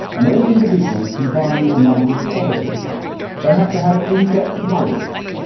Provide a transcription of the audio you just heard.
and those individuals combine a number of qualities they have to have in-depth knowledge,